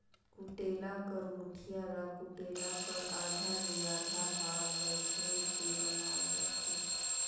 कुटेला कर मुठिया ल कुटेला कर आधा ले आधा भाग ल छोएल के बनाल जाथे